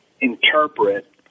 interpret